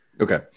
Okay